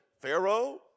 Pharaoh